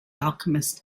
alchemist